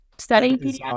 studying